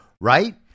right